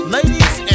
Ladies